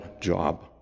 job